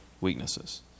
weaknesses